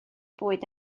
bwyd